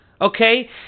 Okay